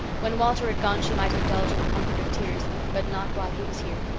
when walter had gone she might indulge in the comfort of tears, but not while he was here.